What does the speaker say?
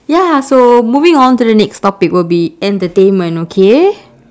ya so moving on to the next topic will be entertainment okay